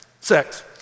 sex